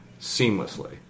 seamlessly